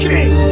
King